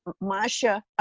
Masha